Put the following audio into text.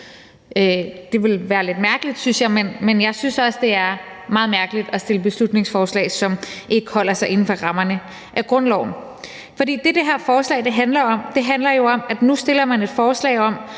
Det ville være lidt mærkeligt, synes jeg, men jeg synes også, det er meget mærkeligt at fremsætte beslutningsforslag, som ikke holder sig inden for rammerne af grundloven. Det, som det her forslag handler om, er jo at straffe